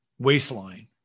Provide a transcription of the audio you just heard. waistline